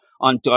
on